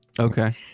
okay